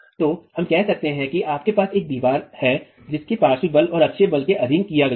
तो हम कहते हैं कि आपके पास एक दीवार है जिसे पार्श्व बलों और अक्षीय बलों के अधीन किया जाता है